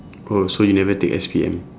oh so you never take S_P_M